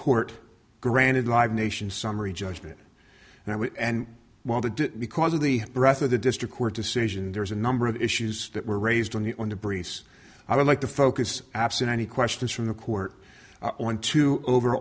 court granted live nation summary judgment and it and while the did because of the breath of the district court decision there's a number of issues that were raised on the on the breeze i would like to focus absent any questions from the court on two over